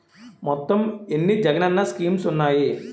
మొత్తం ఎన్ని జగనన్న స్కీమ్స్ ఉన్నాయి?